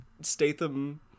Statham